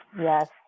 Yes